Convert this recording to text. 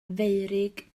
feurig